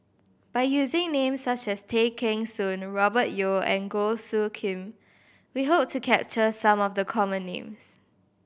by using names such as Tay Kheng Soon Robert Yeo and Goh Soo Khim we hope to capture some of the common names